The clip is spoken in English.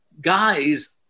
guys